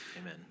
Amen